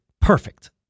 perfect